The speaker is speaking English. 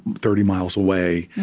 thirty miles away,